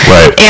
Right